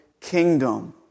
kingdom